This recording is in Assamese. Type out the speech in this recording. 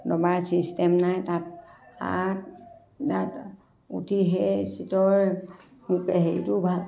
দবাৰ ছিষ্টেম নাই তাত তাত তাত উঠি সেই চীটৰ হেৰিটো ভাল